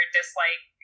dislike